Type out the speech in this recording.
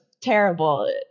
terrible